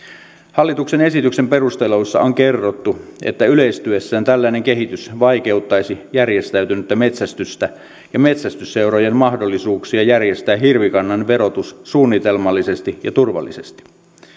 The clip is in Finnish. hallituksen esityksen perusteluissa on kerrottu että yleistyessään tällainen kehitys vaikeuttaisi järjestäytynyttä metsästystä ja metsästysseurojen mahdollisuuksia järjestää hirvikannan verotus suunnitelmallisesti ja turvallisesti